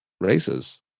races